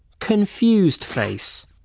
confused face.